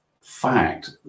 fact